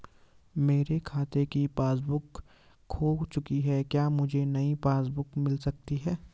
मेरे खाते की पासबुक बुक खो चुकी है क्या मुझे नयी पासबुक बुक मिल सकती है?